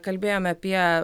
kalbėjom apie